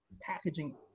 packaging